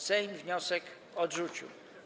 Sejm wniosek odrzucił.